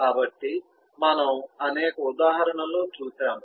కాబట్టి మనం అనేక ఉదాహరణలు చూశాము